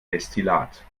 destillat